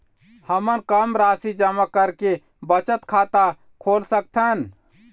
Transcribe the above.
हमन कम राशि जमा करके बचत खाता खोल सकथन?